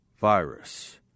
virus